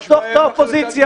לחתוך את האופוזיציה.